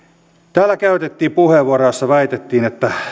täällä käytettiin puheenvuoro jossa väitettiin että